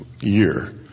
year